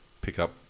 pick-up